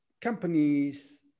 companies